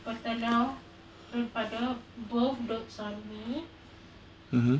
mmhmm